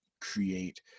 create